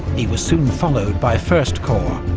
he was soon followed by first corps,